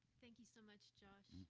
thank you so much, josh.